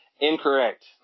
Incorrect